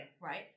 Right